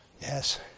Yes